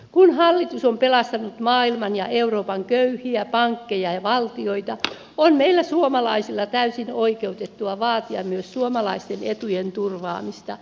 kun hallitus on pelastanut maailman ja euroopan köyhiä pankkeja ja valtioita on meille suomalaisille täysin oikeutettua vaatia myös suomalaisten etujen turvaamista